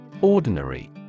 Ordinary